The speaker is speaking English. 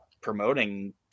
promoting